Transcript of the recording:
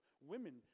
women